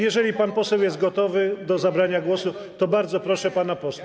Jeżeli pan poseł jest gotowy do zabrania głosu, to bardzo proszę pana posła.